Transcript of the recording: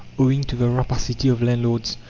owing to the rapacity of landlords.